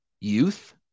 youth